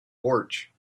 porch